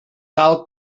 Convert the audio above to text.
tal